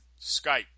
Skype